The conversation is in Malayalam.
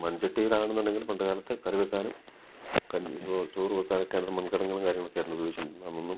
മൺചട്ടിയിലാണ് എന്നുണ്ടെങ്കിൽ പണ്ട് കാലത്ത് കറി വയ്ക്കാനും കഞ്ഞി ചോറ് ചോറ് വയ്ക്കാനൊക്കെ അന്ന് മൺകലങ്ങളും കാര്യങ്ങളൊക്കെ ആയിരുന്നു ഉപയോഗിച്ചത് അന്നൊന്നും